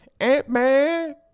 Ant-Man –